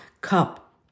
cup